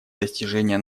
достижения